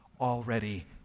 already